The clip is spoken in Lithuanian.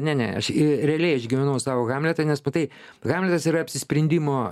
ne ne aš realiai aš gyvenau savo hamletą nes matai hamletas yra apsisprendimo